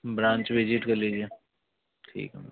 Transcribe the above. branch visit कर लीजिए ठीक है मैम